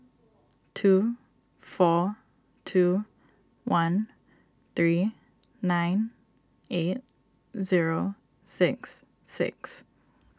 two four two one three nine eight zero six six